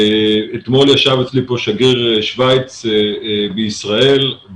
אתמול ישב אצלי שגריר שוויץ בישראל.